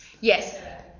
Yes